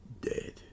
Dead